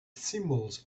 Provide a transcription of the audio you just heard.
symbols